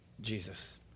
Jesus